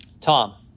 tom